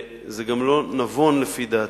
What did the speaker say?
זה גם לא נבון, לפי דעתי.